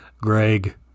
Greg